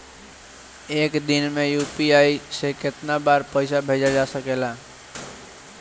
एक दिन में यू.पी.आई से केतना बार पइसा भेजल जा सकेला?